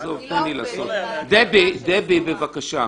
דבי, בבקשה.